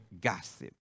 gossip